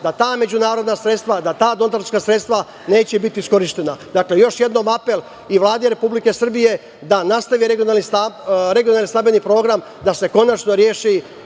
da ta međunarodna sredstva, da ta donatorska sredstva neće biti iskorišćena. Dakle, još jednom apel i Vladi Republike Srbije da nastavi regionalni stambeni program, da se konačno reši